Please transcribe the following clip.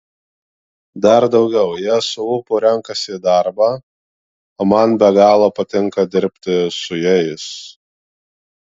dar daugiau jie su ūpu renkasi į darbą o man be galo patinka dirbti su jais